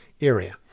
area